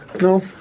no